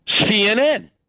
CNN